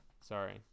Sorry